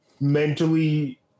mentally